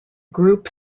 group